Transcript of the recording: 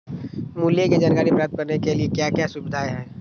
मूल्य के जानकारी प्राप्त करने के लिए क्या क्या सुविधाएं है?